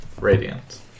Radiant